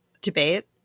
debate